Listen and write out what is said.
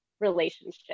relationship